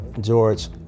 George